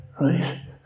right